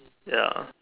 ya